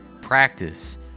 practice